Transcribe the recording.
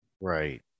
right